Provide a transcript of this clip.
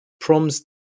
proms